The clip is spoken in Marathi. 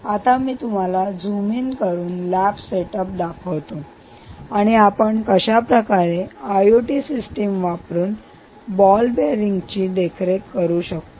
आता मी तुम्हाला झूम इन करून लॅब सेटअप दाखवतो आणि आपण कशाप्रकारे आयओटी सिस्टिम वापरून बॉल बियरींगची देखरेख करू शकतो